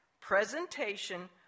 presentation